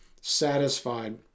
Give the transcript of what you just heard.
satisfied